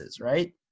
right